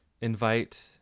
invite